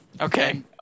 Okay